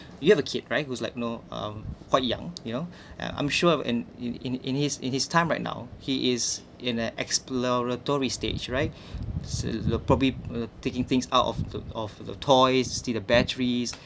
you have a kid right whose like you know um quite young you know yeah I'm sure in in in in his in his time right now he is in an exploratory stage right probably uh taking things out of the of the toys see the batteries